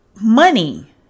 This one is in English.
money